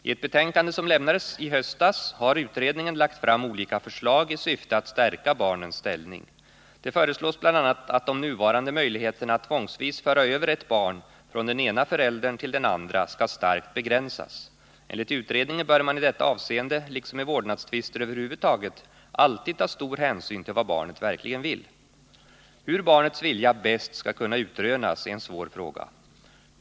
I ett betänkande som lämnades i höstas har utredningen lagt fram olika förslag i syfte att stärka barnens ställning. Det föreslås bl.a. att de nuvarande möjligheterna att tvångsvis föra över ett barn från den ena föräldern till den andra skall starkt begränsas. Enligt utredningen bör man i detta avseende, liksom i vårdnadstvister över huvud taget, alltid ta stor hänsyn till vad barnet verkligen vill. Hur barnets vilja bäst skall kunna utrönas är en svår fråga.